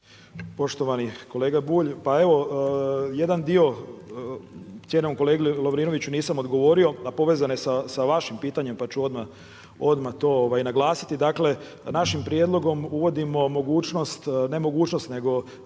Poštovani kolega Bulj, pa evo jedan dio cijenjenom kolegi Lovrinoviću nisam odgovorio a povezano je sa vašim pitanjem pa ću odmah to naglasiti. Dakle, našim prijedlogom uvodimo mogućnost, ne mogućnost nego